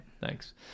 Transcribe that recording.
Thanks